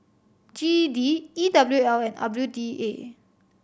G E D E W L and W D A